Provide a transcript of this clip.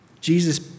Jesus